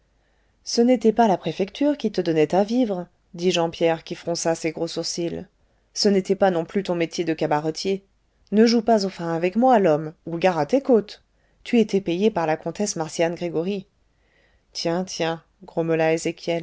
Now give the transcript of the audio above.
ce n'était pas la préfecture qui te donnait à vivre dit jean pierre qui fronça ses gros sourcils ce n'était pas non plus ton métier de cabaretier ne joue pas au fin avec moi l'homme ou gare à tes côtes tu étais payé par la comtesse marcian gregoryi tiens tiens